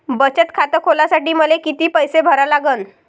बचत खात खोलासाठी मले किती पैसे भरा लागन?